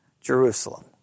Jerusalem